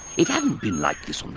it hadn't been like this